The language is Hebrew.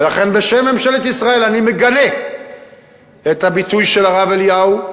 ולכן בשם ממשלת ישראל אני מגנה את הביטוי של הרב אליהו.